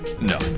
no